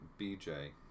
BJ